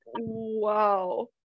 wow